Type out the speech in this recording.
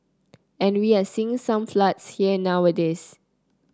and we are seeing some floods here nowadays